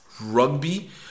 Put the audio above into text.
RUGBY